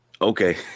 Okay